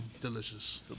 Delicious